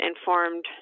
informed